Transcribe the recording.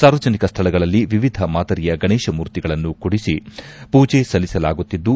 ಸಾರ್ವಜನಿಕ ಸ್ಥಳಗಳಲ್ಲಿ ವಿವಿಧ ಮಾದರಿಯ ಗಣೇಶ ಮೂರ್ತಿಗಳನ್ನು ಕೂಡಿಸಿ ಪೂಜೆ ಸಲ್ಲಿಸಲಾಗುತ್ತಿದ್ದು